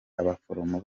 abaforomo